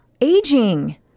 Aging